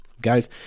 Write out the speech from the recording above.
Guys